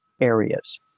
areas